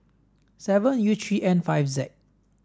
seven U three N five Z